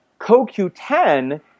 CoQ10